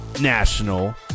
national